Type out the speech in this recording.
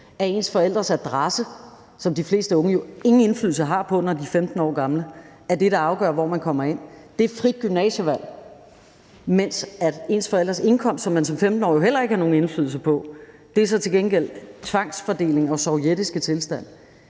at forældrenes adresse, som de fleste unge jo ingen indflydelse har på, når de er 15 år gamle, er det, der afgør, hvor man kommer ind, mens forældrenes indkomst, som man som 15-årig heller ikke har nogen indflydelse på, så til gengæld er tvangsfordeling og sovjetiske tilstande.